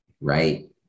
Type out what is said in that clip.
Right